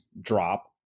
drop